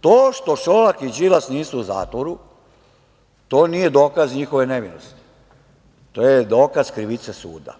To što Šolak i Đilas nisu u zatvoru, to nije dokaz njihove nevinosti, to je dokaz krivice suda.